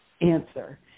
answer